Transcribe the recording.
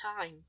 time